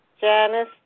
Janice